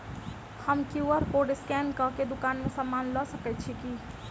हम QR code scan कऽ केँ दुकान मे समान लऽ सकैत छी की?